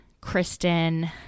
Kristen